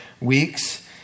weeks